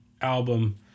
album